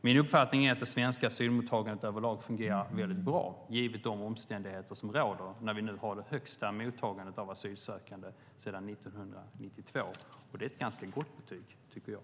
Min uppfattning är att det svenska asylmottagandet över lag fungerar väldigt bra, givet de omständigheter som råder när vi nu har det högsta mottagandet av asylsökande sedan 1992. Det är ett ganska gott betyg, tycker jag.